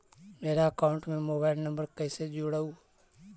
मेरा अकाउंटस में mobile number कैसे जुड़उ?